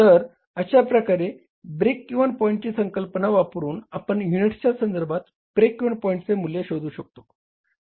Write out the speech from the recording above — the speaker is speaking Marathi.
तर अशा प्रकारे ब्रेक इव्हन पॉईंटची संकल्पना वापरुन आपण युनिटच्या संदर्भात ब्रेक इव्हन पॉईंटचे मूल्य शोधू शकतो